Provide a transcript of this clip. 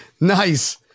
Nice